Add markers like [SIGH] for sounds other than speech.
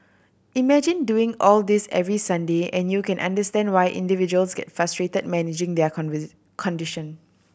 imagine doing all this every Sunday and you can understand why individuals get frustrated managing their [UNINTELLIGIBLE] condition